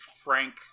Frank-